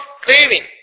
craving